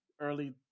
early